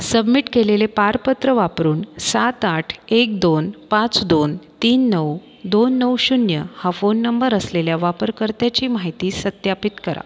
submit केलेले पारपत्र वापरून सात आठ एक दोन पाच दोन तीन नऊ दोन नऊ शून्य हा फोन नंबर असलेल्या वापरकर्त्याची माहिती सत्यापित करा